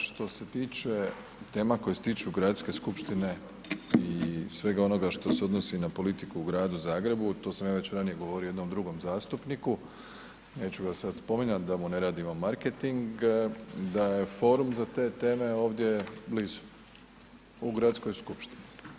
Što se tiče tema koje ... gradske skupštine i svega onoga što se odnosi na politiku u Gradu Zagrebu, to sam ja već ranije govorio jednom drugom zastupniku, neću ga sad spominjati da mu ne radimo marketing, da je forum za te teme ovdje blizu, u gradskoj skupštini.